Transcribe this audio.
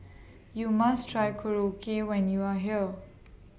YOU must Try Korokke when YOU Are here